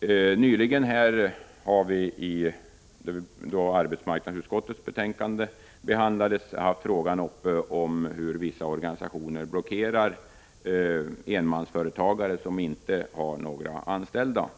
I samband med att vi i dag behandlade arbetsmarknadsutskottets betänkande diskuterades frågan om att vissa organisationer blockerar enmansföretagare som inte har några anställda.